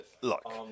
look